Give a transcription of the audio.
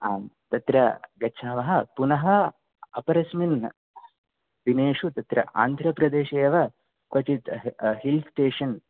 आम् तत्र गच्छावः पुनः अपरेऽस्मिन् दिनेषु तत्र आन्ध्रप्रदेशे एव क्वचित् ह् हिल् स्टेशन्